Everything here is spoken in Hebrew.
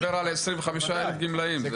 לא,